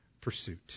pursuit